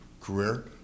career